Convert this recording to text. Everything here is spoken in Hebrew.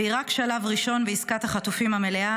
והיא רק שלב ראשון בעסקת החטופים המלאה,